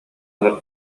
ыла